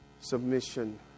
submission